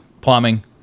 plumbing